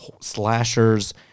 slashers